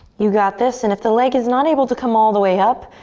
you got this and if the leg is not able to come all the way up,